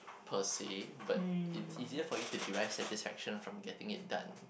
per say but it easier for your to derive satisfaction from getting it done